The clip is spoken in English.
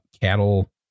cattle